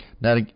Now